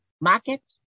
market